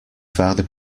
father